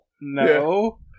No